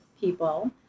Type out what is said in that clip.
people